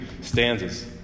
stanzas